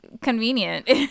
convenient